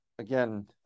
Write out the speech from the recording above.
Again